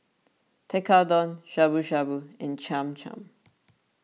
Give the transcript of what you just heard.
Tekkadon Shabu Shabu and Cham Cham